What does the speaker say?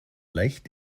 leicht